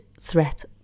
threat